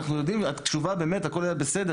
את קשובה, באמת, הכל בסדר.